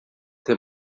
tem